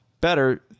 better